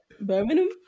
Birmingham